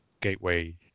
gateway